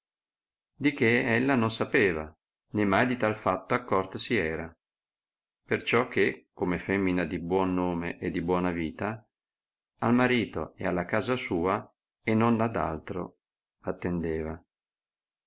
di che ella non sapeva né mai di tal fatto accorta si era perciò che come femina di buon nome e di buona vita al marito e alla casa sua e non ad altro attendeva